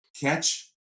catch